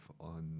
on